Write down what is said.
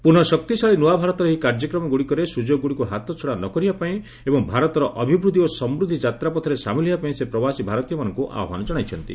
ପୁନଃଶକ୍ତିଶାଳୀ ନୂଆ ଭାରତର ଏହି କାର୍ଯ୍ୟକ୍ରମଗୁଡିକରେ ସୁଯୋଗଗୁଡିକୁ ହାତଛଡା ନ କରିବା ପାଇଁ ଏବଂ ଭାରତର ଅଭିବୃଦ୍ଧି ଓ ସମୃଦ୍ଧି ଯାତ୍ରାପଥରେ ସାମିଲ ହେବା ପାଇଁ ସେ ପ୍ରବାସୀ ଭାରତୀୟମାନଙ୍କୁ ଆହ୍ୱାନ ଜଣାଇଛନ୍ତି